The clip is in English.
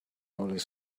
always